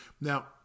Now